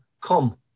come